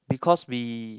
because we